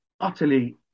utterly